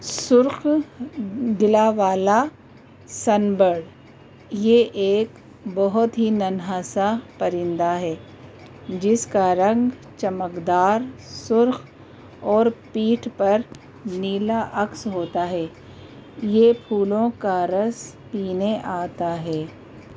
سرخ گلا والا سنبرڈ یہ ایک بہت ہی ننہا سا پرندہ ہے جس کا رنگ چمکدار سرخ اور پیٹھ پر نیلا عکس ہوتا ہے یہ پھولوں کا رس پینے آتا ہے